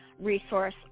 resource